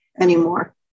anymore